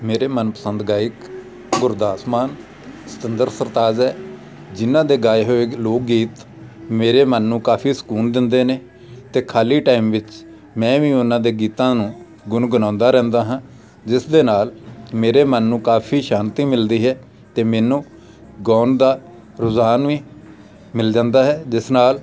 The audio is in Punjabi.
ਮੇਰੇ ਮਨਪਸੰਦ ਗਾਇਕ ਗੁਰਦਾਸ ਮਾਨ ਸਤਿੰਦਰ ਸਰਤਾਜ ਹੈ ਜਿਹਨਾਂ ਦੇ ਗਾਏ ਹੋਏ ਲੋਕ ਗੀਤ ਮੇਰੇ ਮਨ ਨੂੰ ਕਾਫੀ ਸਕੂਨ ਦਿੰਦੇ ਨੇ ਅਤੇ ਖਾਲੀ ਟਾਈਮ ਵਿੱਚ ਮੈਂ ਵੀ ਉਹਨਾਂ ਦੇ ਗੀਤਾਂ ਨੂੰ ਗੁਣਗੁਣਾਉਂਦਾ ਰਹਿੰਦਾ ਹਾਂ ਜਿਸ ਦੇ ਨਾਲ ਮੇਰੇ ਮਨ ਨੂੰ ਕਾਫੀ ਸ਼ਾਂਤੀ ਮਿਲਦੀ ਹੈ ਅਤੇ ਮੈਨੂੰ ਗਾਉਣ ਦਾ ਰੁਝਾਨ ਵੀ ਮਿਲ ਜਾਂਦਾ ਹੈ ਜਿਸ ਨਾਲ